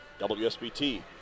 WSBT